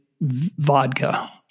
vodka